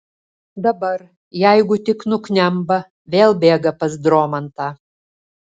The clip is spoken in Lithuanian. dabar jeigu tik nuknemba vėl bėga pas dromantą